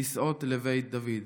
כסאות לבית דוד.